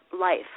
life